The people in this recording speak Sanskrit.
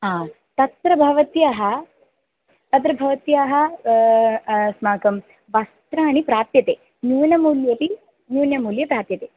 तत्र भवत्याः तत्र भवत्याः अस्माकं वस्त्राणि प्राप्यते न्यूनमूल्येपि न्यूनमूल्ये प्राप्यते